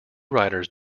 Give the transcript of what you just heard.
writers